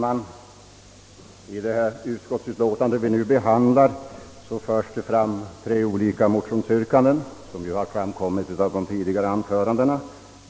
Herr talman! Såsom framkommit av de tidigare anförandena behandlar föreliggande utskottsutlåtande tre olika motionsyrkanden.